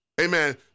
amen